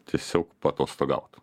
tiesiog paatostogaut